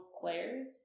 players